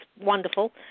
wonderful